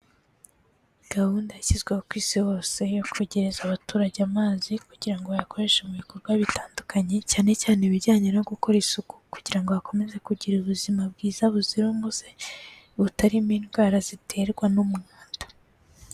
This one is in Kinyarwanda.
Gahunda yashyizweho ku isi hose yo kwegereza abaturage amazi kugira ngo bayakoreshe mu bikorwa bitandukanye, cyane cyane ibijyanye no gukora isuku kugira ngo akomeze kugira ubuzima bwiza buzira umuze, butarimo indwara ziterwa n'umwanda.